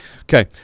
Okay